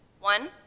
One